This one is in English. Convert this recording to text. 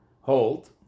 hold